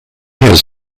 has